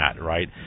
right